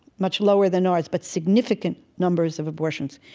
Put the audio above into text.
much lower than ours, but significant numbers of abortions.